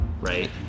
right